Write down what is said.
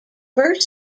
first